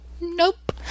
Nope